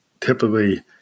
typically